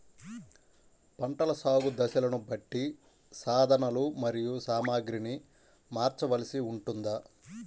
పంటల సాగు దశలను బట్టి సాధనలు మరియు సామాగ్రిని మార్చవలసి ఉంటుందా?